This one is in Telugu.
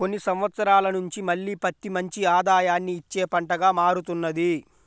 కొన్ని సంవత్సరాల నుంచి మళ్ళీ పత్తి మంచి ఆదాయాన్ని ఇచ్చే పంటగా మారుతున్నది